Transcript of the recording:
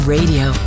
Radio